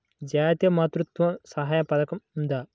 జాతీయ మాతృత్వ సహాయ పథకం ఉందా?